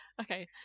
Okay